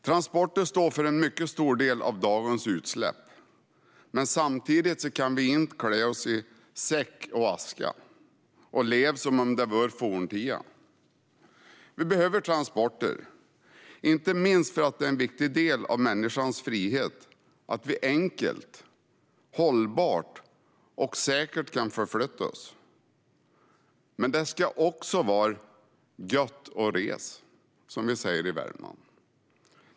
Transporter står för en mycket stor del av dagens utsläpp, men samtidigt kan vi inte klä oss i säck och aska och leva som om det vore forntiden. Vi behöver transporter, inte minst för att det är en viktig del av människans frihet att vi enkelt, hållbart och säkert kan förflytta oss. - Men det ska också vara 'gött att resa', som vi säger i Värmland.